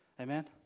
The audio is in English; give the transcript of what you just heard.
Amen